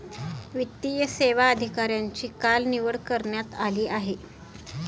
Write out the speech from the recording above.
वित्तीय सेवा अधिकाऱ्यांची काल निवड करण्यात आली आहे